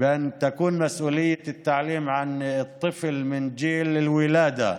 שתהיה אחריות לחינוך הילד מגיל לידה,